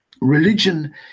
religion